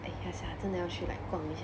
ah ya sia 真的要去 like 逛一下